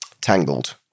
Tangled